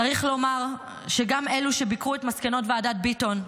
צריך לומר שגם אלו שביקרו את מסקנת ועדת ביטון,